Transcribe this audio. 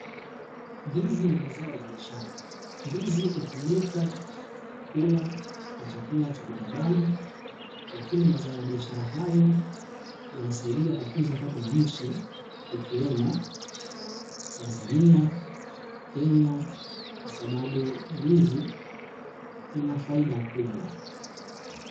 Ndizi ni mazao ya biashara. Ndizi hutumika kula kwa chakula cha binadamu, lakini mazao ya biashara hayo, yanasaidia kukuza pato la nchi, ikiwemo Tanzania, Kenya, kwa sababu ndizi zina faida kubwa.